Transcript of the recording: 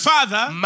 Father